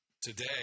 today